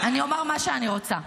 אני אומר מה שאני רוצה.